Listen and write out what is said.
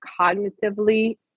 cognitively